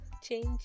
change